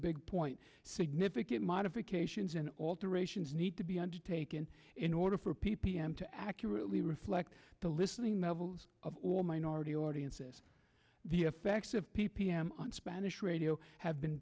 big point significant modifications and alterations need to be undertaken in order for p p m to accurately reflect the listening levels of all minority audiences the effects of p p m on spanish radio have been